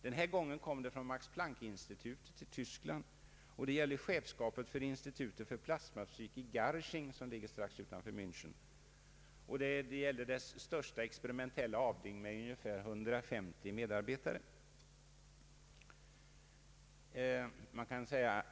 Den här gången kom det från Max-Planck-institutet och gällde chefskapet för Institut fär Plasmafysik i Gaching strax utanför Mänchen, dess största experimentella avdelning med ungefär 150 medarbetare.